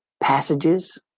Passages